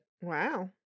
Wow